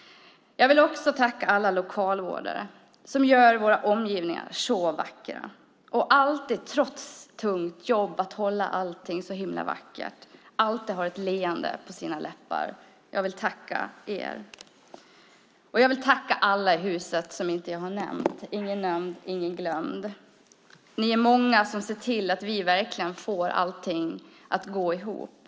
Jag vill även tacka alla lokalvårdare som gör våra omgivningar så vackra och alltid, trots tungt jobb, har ett leende på läpparna. Jag tackar er. Jag vill tacka samtliga i huset som jag inte nämnt - ingen nämnd, ingen glömd. Ni är många som ser till att vi får allt att gå ihop.